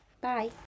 Bye